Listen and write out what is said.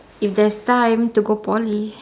if there's time to go poly